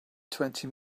twenty